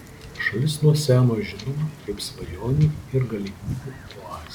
šalis nuo seno žinoma kaip svajonių ir galimybių oazė